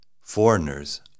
Foreigners